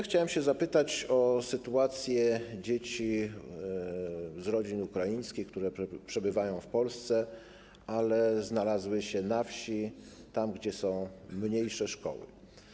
Chciałem się zapytać o sytuację dzieci z rodzin ukraińskich, które przebywają w Polsce, ale znalazły się na wsi, tam gdzie są mniejsze szkoły.